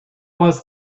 was